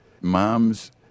Moms